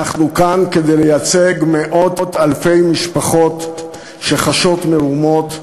אנחנו כאן כדי לייצג מאות אלפי משפחות שחשות מרומות.